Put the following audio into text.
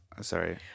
Sorry